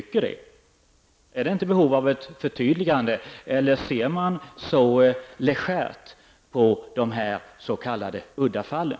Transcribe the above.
Finns det inte ett behov av ett förtydligande eller ser man så legärt på de här s.k. udda fallen?